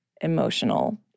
emotional